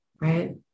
right